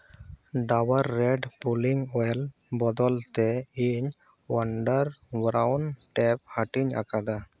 Dabur red pulling oil ᱵᱚᱫᱚᱞ ᱛᱮ ᱤᱧ ᱚᱣᱟᱱᱰᱟᱨ ᱜᱨᱟᱣᱩᱱ ᱴᱮᱯ ᱦᱟᱹᱴᱤᱧ ᱟᱠᱟᱫᱟ